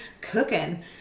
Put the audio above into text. cooking